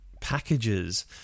Packages